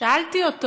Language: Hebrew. שאלתי אותו: